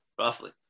Roughly